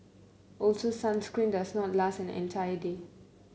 also sunscreen does not last an entire day